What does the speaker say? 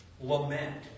lament